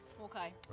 Okay